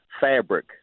fabric